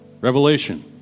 Revelation